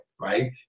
right